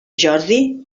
jordi